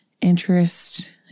interest